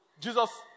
Jesus